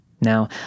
Now